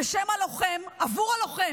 אני מפנה את הדברים שלי לדובר צה"ל.